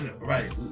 Right